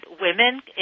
women